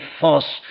force